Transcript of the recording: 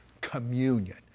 Communion